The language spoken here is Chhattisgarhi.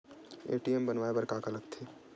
ए.टी.एम बनवाय बर का का लगथे?